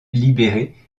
libérée